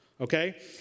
Okay